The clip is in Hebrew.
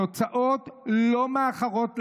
התוצאות לא מאחרות להגיע,